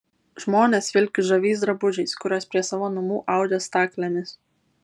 žmonės vilki žaviais drabužiais kuriuos prie savo namų audžia staklėmis